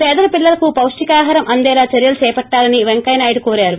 పేదల పిల్లలకు పౌషికాహారం అందేలా చర్యలు చేపట్లాలని పెంకయ్య నాయుడు కోరారు